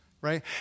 right